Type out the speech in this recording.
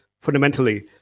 fundamentally